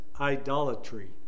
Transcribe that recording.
idolatry